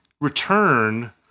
return